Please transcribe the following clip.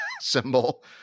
symbol